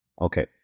Okay